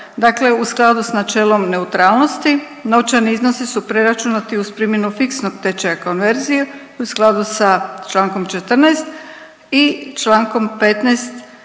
Dakle, u skladu s načelom neutralnosti novčani iznosi su preračunati uz primjenu fiksnog tečaja konverzije u skladu sa čl. 14. i čl. 15.